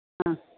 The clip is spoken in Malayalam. ആ